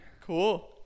cool